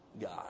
God